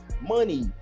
money